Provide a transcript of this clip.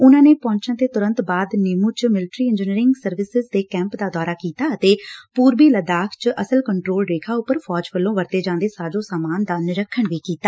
ਉਨਾਂ ਨੇ ਪਹੰਚਣ ਦੇ ਤਰੰਤ ਬਾਅਦ ਨਿਮੰ ਚ ਮਿਲਟਰੀ ਇੰਜਨੀਅਰਿੰਗ ਸਰਵਿਸਿਜ ਦੇ ਕੈਪ ਦਾ ਦੌਰਾ ਕੀਤਾ ਅਤੇ ਪੁਰਬੀ ਲਦਾਖ ਚ ਅਸਲ ਕੰਟਰੋਲ ਰੇਖਾ ਉਪਰ ਫੌਜ ਵੱਲੋ ਵਰਤੇ ਜਾਦੇ ਸਾਜੋ ਸਾਮਾਨ ਦਾ ਨਿਰੀਖਣ ਕੀਤਾ